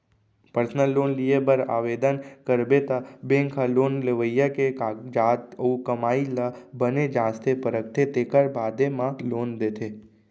personal loan लिये बर ओवदन करबे त बेंक ह लोन लेवइया के कागजात अउ कमाई ल बने जांचथे परखथे तेकर बादे म लोन देथे